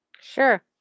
Sure